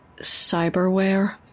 cyberware